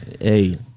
Hey